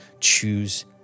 Choose